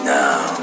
now